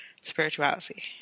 spirituality